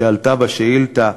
שעלתה בשאילתה,